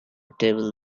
table